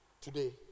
today